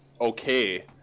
okay